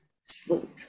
swoop